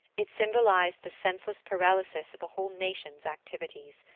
it symbolized the senseless paralysis of a whole nation's activities.